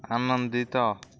ଆନନ୍ଦିତ